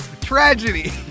tragedy